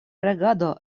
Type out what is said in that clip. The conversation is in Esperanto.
regado